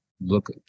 Look